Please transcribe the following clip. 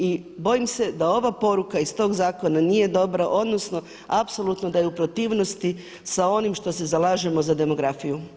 I bojim se da ova poruka iz tog zakona nije dobra odnosno apsolutno da je u protivnosti sa onim što se zalažemo za demografiju.